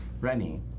Remy